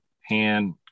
hand